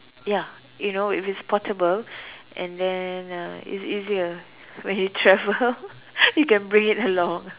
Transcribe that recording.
ya you know if it's portable and then uh it's easier when you travel you can bring it along